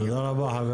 תודה רבה חבר